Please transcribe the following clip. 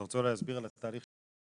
אתה רוצה להסביר על התהליך של ההכרות?